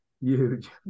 huge